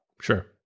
Sure